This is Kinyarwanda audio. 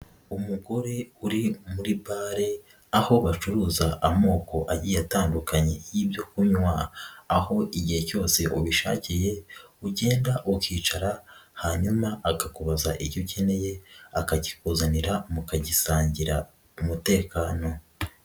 Umugore uri muri bale aho bacuruza amoko agiye atandukanye y'ibyo kunywa, aho igihe cyose ubishakiye, ugenda ukicara hanyuma akakubaza ibyo ukeneye akakikuzanira, mukagisangira mu mutekano.